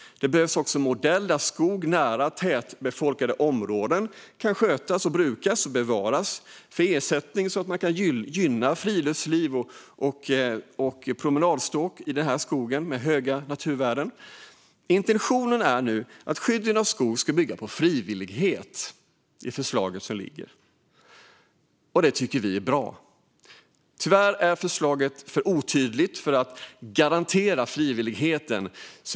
Det behövs också en modell där skog nära tätbefolkade områden kan skötas, brukas och bevaras mot ersättning så att man kan gynna friluftslivet och ha promenadstråk i skogen. Intentionen i det nu liggande förslaget är att skyddet av skog ska bygga på frivillighet. Det tycker vi är bra. Tyvärr är förslaget för otydligt i fråga om att garantera frivilligheten.